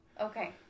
Okay